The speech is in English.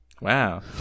Wow